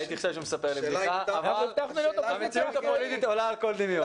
הייתי חושב שהוא מספר לי בדיחה אבל המציאות הפוליטית עולה על כל דמיון.